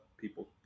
people